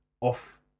off